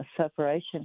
separation